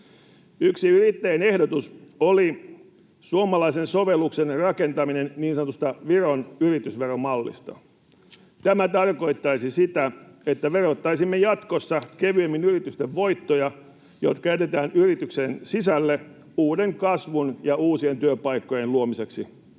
Yksi yrittäjien ehdotus oli suomalaisen sovelluksen rakentaminen niin sanotusta Viron yritysveromallista. Tämä tarkoittaisi sitä, että verottaisimme jatkossa kevyemmin yritysten voittoja, jotka jätetään yrityksen sisälle uuden kasvun ja uusien työpaikkojen luomiseksi.